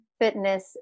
fitness